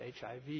HIV